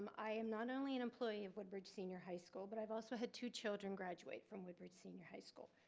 i am not only an employee of woodbridge senior high school, but i've also had two children graduate from woodbridge senior high school.